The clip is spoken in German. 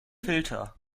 filter